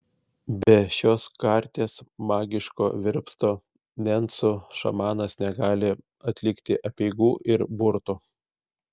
be šios karties magiško virpsto nencų šamanas negali atlikti apeigų ir burtų